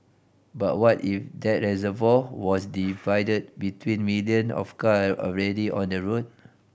but what if that reservoir was divided between million of car already on the road